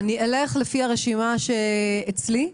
אלך לפי הרשימה שאצלי.